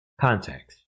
context